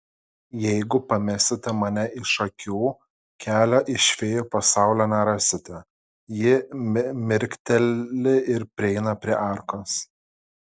jeigu pamesite mane iš akių kelio iš fėjų pasaulio nerasite ji mirkteli ir prieina prie arkos